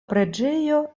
preĝejo